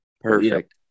Perfect